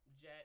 Jet